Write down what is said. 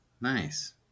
Nice